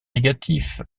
négatif